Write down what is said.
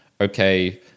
okay